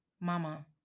mama